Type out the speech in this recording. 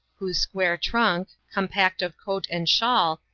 whose square trunk, compact of coat and shawl,